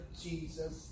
Jesus